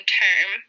term